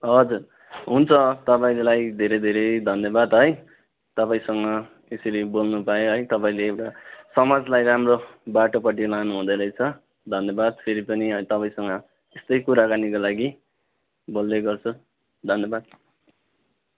हजुर हुन्छ तपाईँलाई धेरै धेरै धन्यवाद है तपाईँसँग यसरी बोल्नु पाएँ है तपाईँले एउटा समाजलाई राम्रो बाटोपट्टि लानु हुँदै रहेछ धन्यवाद फेरि पनि तपाईँसँग यस्तै कुराकानीको लागि बोल्दै गर्छु धन्यवाद